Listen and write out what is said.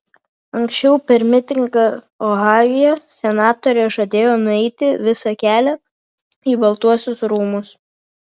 anksčiau per mitingą ohajuje senatorė žadėjo nueiti visą kelią į baltuosius rūmus